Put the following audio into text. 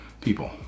people